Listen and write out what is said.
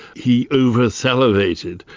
he over-salivated,